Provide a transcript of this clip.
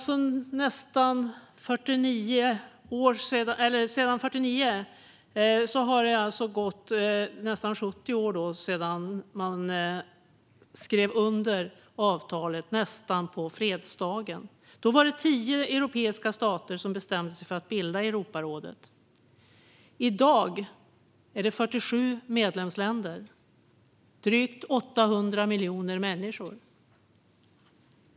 Sedan 1949 har det alltså gått 70 år sedan man skrev under avtalet, och det skedde nästan på fredsdagen. Då hade tio europeiska stater bestämt sig för att bilda Europarådet. I dag finns 47 medlemsländer med drygt 800 miljoner invånare.